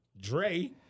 Dre